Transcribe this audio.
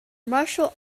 martial